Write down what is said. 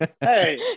Hey